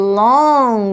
long